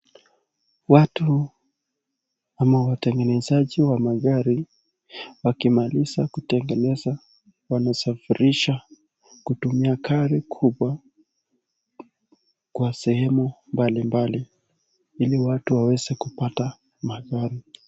Watu ama watengenezaji wa magari, wakimaliza kutengeneza wanasafirisha kutumia gari kubwa kwa sehemu mbalimbali, ili watu waweze kupata magari.